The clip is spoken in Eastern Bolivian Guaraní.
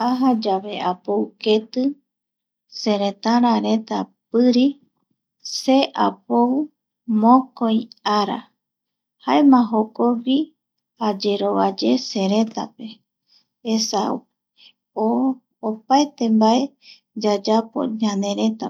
Ajayave apou keti, seretarareta piri, se apou mokoi ara, jaema jokogui ayerovaye seretape esa opaete mbae yayapo ñaneretape